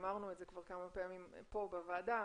אמרנו את זה כבר כמה פעמים פה בוועדה,